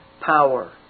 power